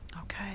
Okay